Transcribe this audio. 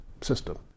system